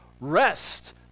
Rest